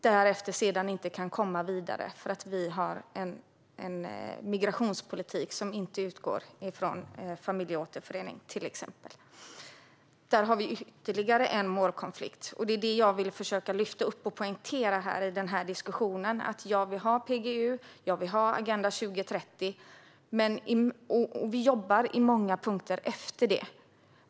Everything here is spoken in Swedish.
Därefter kan de inte komma vidare, för vi har en migrationspolitik som inte utgår från till exempel familjeåterförening. Där har vi ytterligare en målkonflikt. Det jag vill försöka lyfta upp och poängtera i den här diskussionen är att jag vill ha PGU och Agenda 2030. På många punkter jobbar vi efter det.